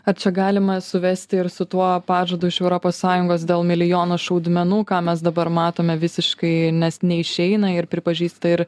ar čia galima suvesti ir su tuo pažadu iš europos sąjungos dėl milijono šaudmenų ką mes dabar matome visiškai nes neišeina ir pripažįsta ir